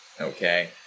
okay